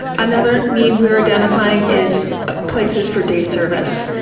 another need we are identifying is ah places for day service.